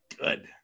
Good